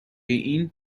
این